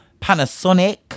Panasonic